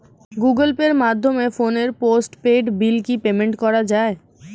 Google পের মাধ্যমে ফোনের পোষ্টপেইড বিল কি পেমেন্ট করা যায়?